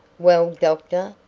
well, doctor,